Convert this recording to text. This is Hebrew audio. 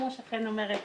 כמו שחן אומרת,